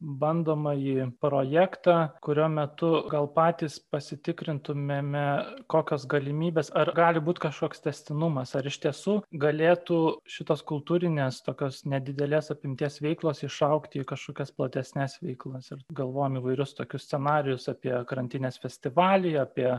bandomąjį projektą kurio metu gal patys pasitikrintumėme kokios galimybės ar gali būt kažkoks tęstinumas ar iš tiesų galėtų šitos kultūrinės tokios nedidelės apimties veiklos išaugti į kažkokias platesnes veiklas ir galvojam įvairius tokius scenarijus apie krantinės festivalį apie